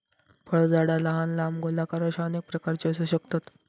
फळझाडा लहान, लांब, गोलाकार अश्या अनेक प्रकारची असू शकतत